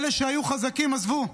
אלה שהיו חזקים עזבו.